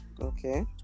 Okay